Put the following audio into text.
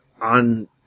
on